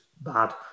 bad